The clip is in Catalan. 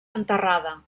enterrada